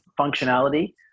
functionality